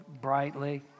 brightly